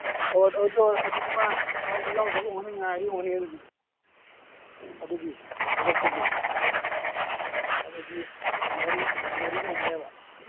ꯑꯣ ꯑꯗꯨꯗꯤ ꯃꯥ ꯌꯥꯎꯗꯤ ꯌꯥꯎꯒꯗꯧ ꯉꯥꯏꯔꯤ ꯑꯣꯏꯔꯝꯒꯅꯤ ꯑꯗꯨꯗꯤ ꯑꯗꯨꯒꯤ ꯊꯕꯛꯇꯨꯒꯤ ꯉꯥꯏꯅꯔꯤ ꯑꯣꯏꯔꯝꯒꯅꯦꯕ